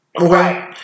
Okay